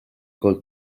col